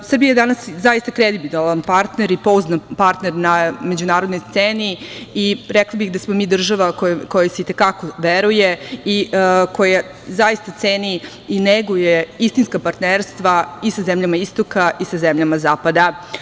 Srbija je danas zaista kredibilan partner i pouzdan partner na međunarodnoj sceni i rekla bih da smo mi država kojoj se i te kako veruje i koja zaista ceni i neguje istinska partnerstva i sa zemljama istoka i sa zemljama zapada.